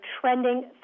trending